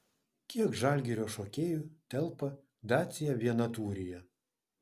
kiek žalgirio šokėjų telpa dacia vienatūryje